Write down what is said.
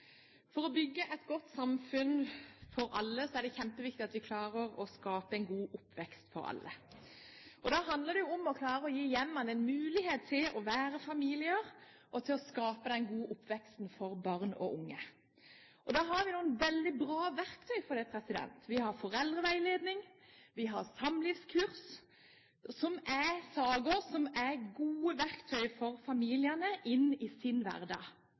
For å bygge et godt samfunn for alle er det kjempeviktig at vi klarer å skape en god oppvekst for alle, og da handler det om å klare å gi hjemmene en mulighet til å være familier og til å skape den gode oppveksten for barn og unge. Og da har vi noen veldig gode verktøy for det: Vi har foreldreveiledning, og vi har samlivskurs som er gode verktøy for familiene i